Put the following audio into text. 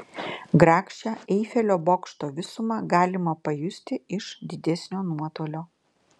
grakščią eifelio bokšto visumą galima pajusti iš didesnio nuotolio